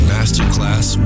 Masterclass